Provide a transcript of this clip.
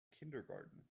kindergarten